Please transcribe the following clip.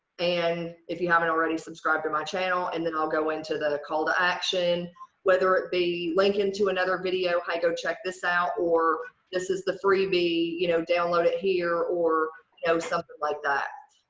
and if you haven't already subscribe to my channel and then i'll go into the call to action whether it be linked into another video i go check this out or this is the freebie you know download it here or go something like that.